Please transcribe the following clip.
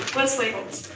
let's label